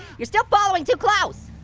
you're still following too close,